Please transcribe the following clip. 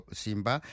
simba